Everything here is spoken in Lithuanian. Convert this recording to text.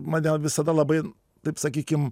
mane visada labai taip sakykim